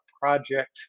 project